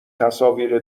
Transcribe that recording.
تصاویر